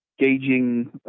gauging